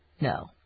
No